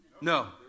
No